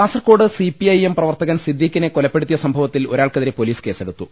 കാസർക്കോട്ട് സിപിഐഎം പ്രവർത്തകൻ സിദ്ദീഖിനെ കൊല പ്പെടുത്തിയ സംഭവത്തിൽ ഒരാൾക്കെതിരെ പൊലീസ് കേസ്സെടു ത്തു